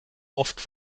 oft